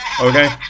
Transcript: okay